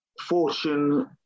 fortune